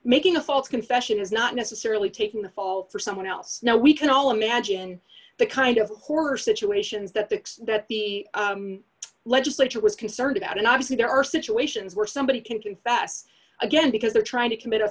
making a false confession is not necessarily taking the fall for someone else now we can all imagine the kind of horror situations that the that the legislature was concerned about and obviously there are situations where somebody can confess again because they're trying to commit a